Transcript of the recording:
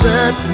Set